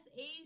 age